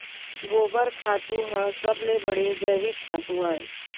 गोबर खातू ह सबले बड़े जैविक खातू अय